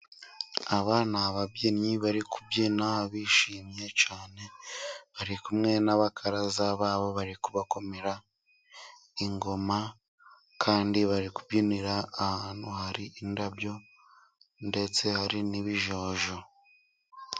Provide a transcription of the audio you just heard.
Aba ni ababyinnyi bari kubyina bishimye cyane, bari kumwe n'abakaraza babo bari kubakomera ingoma, kandi bari kubyinira ahantu hari indabyo, ndetse hari n'ibijojo.